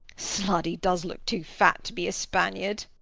slud, he does look too fat to be a spaniard.